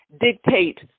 dictate